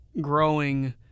growing